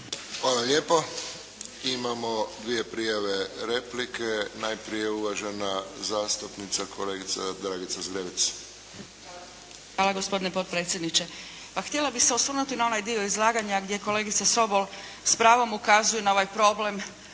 Hvala lijepo. Imamo dvije prijave replike. Najprije uvažena zastupnica kolegica Dragica Zgrebec. **Zgrebec, Dragica (SDP)** Hvala gospodine potpredsjedniče. Pa htjela bih se osvrnuti na onaj dio izlaganja gdje kolegica Sobol s pravom ukazuje na ovaj problem